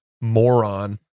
moron